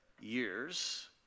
years